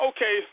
Okay